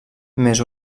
més